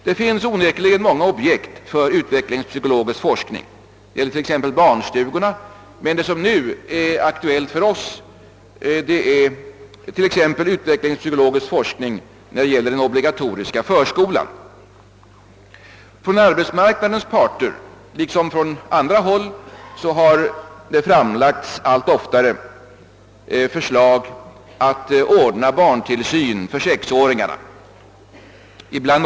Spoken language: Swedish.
Det finns onekligen många objekt för utvecklingspsykologisk forskning, t.ex. barnstugorna, men det som nu är aktuellt för oss är utvecklingspsykologisk forskning rörande den obligatoriska förskolan. Från arbetsmarknadens parter liksom från andra håll har under senare tid allt oftare framförts förslag om att barntillsynen för sexåringar — ibland.